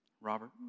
Robert